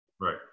right